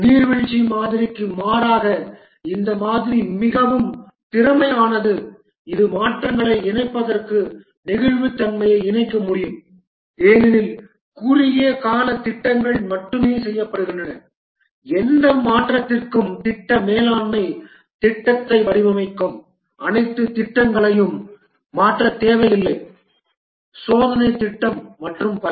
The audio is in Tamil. நீர்வீழ்ச்சி மாதிரிக்கு மாறாக இந்த மாதிரி மிகவும் திறமையானது இது மாற்றங்களை இணைப்பதற்கான நெகிழ்வுத்தன்மையை இணைக்க முடியும் ஏனெனில் குறுகிய கால திட்டங்கள் மட்டுமே செய்யப்படுகின்றன எந்த மாற்றத்திற்கும் திட்ட மேலாண்மை திட்டத்தை வடிவமைக்கும் அனைத்து திட்டங்களையும் மாற்ற தேவையில்லை சோதனை திட்டம் மற்றும் பல